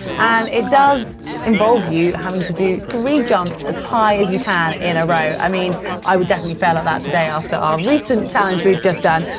and it does involve you having to do three jumps as high as you can in a row. i mean i would definitely fail at that today after our recent challenge we've just done.